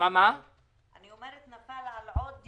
אם אפשר להקדים ואם אפשר לעזור תבוא עליך הברכה.